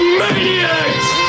maniacs